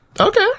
Okay